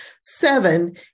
Seven